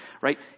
right